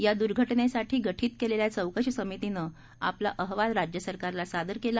या द्र्घटनेसाठी गठीत केलेल्यी चौकशी समितीनं आपला अहवाल काल राज्य सरकारला सादर केला